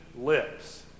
lips